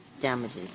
damages